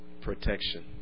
Protection